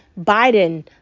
Biden